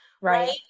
right